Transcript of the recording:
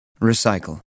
Recycle